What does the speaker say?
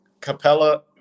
Capella